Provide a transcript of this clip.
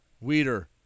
Weeder